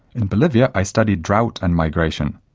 in bolivia i studied drought and migration.